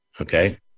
Okay